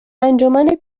انجمن